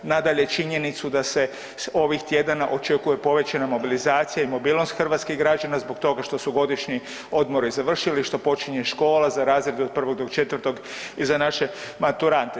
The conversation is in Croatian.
Nadalje, činjenicu da se ovih tjedana očekuje povećana mobilizacija i mobilnost hrvatskih građana zbog toga što su godišnji odmori završili, što počinje škola za razrede od prvog do četvrtog i za naše maturante.